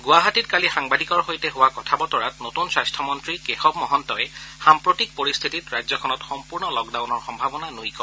গুৱাহাটীত কালি সাংবাদিকৰ সৈতে হোৱা কথাবতৰাত নতুন স্বাস্থ্যমন্ত্ৰী কেশৱ মহন্তই সাম্প্ৰতিক পৰিস্থিতত ৰাজ্যখনত সম্পূৰ্ণ লকডাউনৰ সম্ভাৱনা নুই কৰে